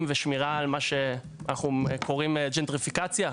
ושמירה על מה שאנחנו קוראים ג'נטריפיקציה,